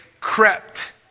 crept